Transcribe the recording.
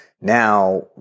now